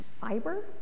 fiber